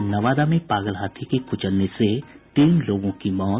और नवादा में पागल हाथी के कुचलने से तीन लोगों की मौत